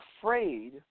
afraid